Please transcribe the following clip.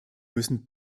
müssen